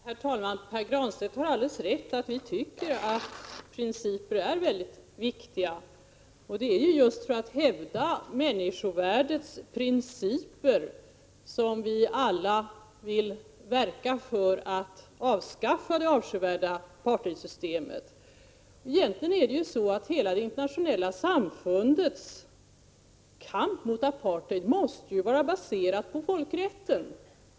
Herr talman! Pär Granstedt har alldeles rätt i att vi tycker att principer är mycket viktiga. Det är ju just för att hävda människovärdets principer som vi alla vill verka för att avskaffa det avskyvärda apartheidsystemet. Egentligen är det så att hela det internationella samfundets kamp mot apartheid måste vara baserad på folkrätten.